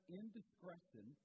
indiscretion